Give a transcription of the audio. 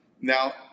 Now